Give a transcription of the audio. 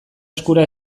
eskura